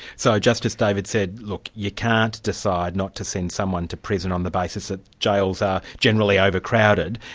so justice david said, look, you can't decide not to send someone to prison on the basis that jails are generally overcrowded,